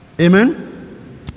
Amen